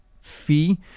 fee